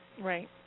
Right